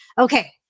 Okay